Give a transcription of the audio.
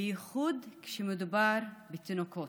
בייחוד כשמדובר בתינוקות.